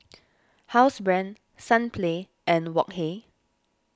Housebrand Sunplay and Wok Hey